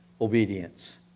obedience